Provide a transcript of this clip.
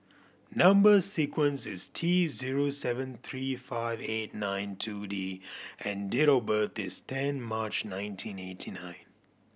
number sequence is T zero seven three five eight nine two D and date of birth is ten March nineteen eighty nine